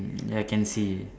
I can see